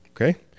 okay